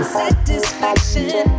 satisfaction